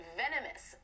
venomous